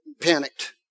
panicked